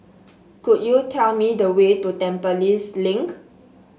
could you tell me the way to Tampines Link